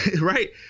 Right